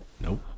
Nope